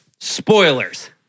spoilers